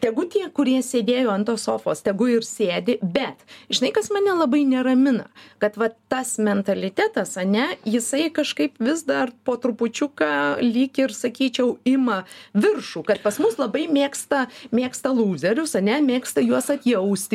tegu tie kurie sėdėjo ant tos sofos tegu ir sėdi bet žinai kas mane labai neramina kad vat tas mentalitetas ane jisai kažkaip vis dar po trupučiuką lyg ir sakyčiau ima viršų kad pas mus labai mėgsta mėgsta lūzerius ane mėgsta juos atjausti